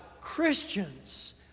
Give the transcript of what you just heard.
Christians